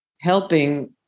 helping